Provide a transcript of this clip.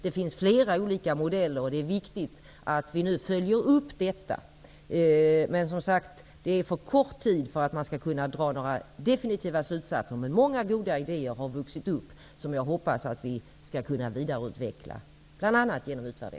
Det finns flera olika modeller. Det är viktigt att vi nu följer upp detta. Men det har gått för kort tid för att man skall kunna dra några definitiva slutsatser. Många goda idéer har kommit fram som jag hoppas att vi skall kunna vidareutveckla, bl.a. genom utvärderingen.